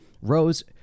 Rose